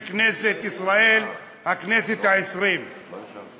חבר הכנסת חזן, תירגע.